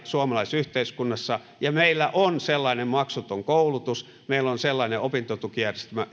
suomalaisessa yhteiskunnassa ja meillä on sellainen maksuton koulutus ja meillä on sellainen opintotukijärjestelmä